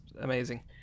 amazing